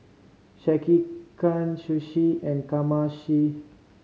Sekihan Sushi and